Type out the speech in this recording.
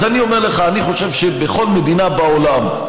אז אני אומר לך: אני חושב שבכל מדינה בעולם,